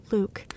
Luke